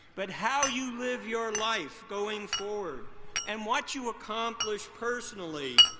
but how you live your life going forward and what you accomplish personally,